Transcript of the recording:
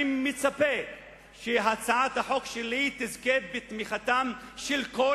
אני מצפה שהצעת החוק שלי תזכה בתמיכתם של כל